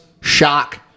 Shock